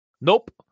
Nope